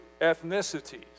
ethnicities